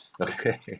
Okay